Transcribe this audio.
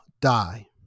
die